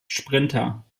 sprinter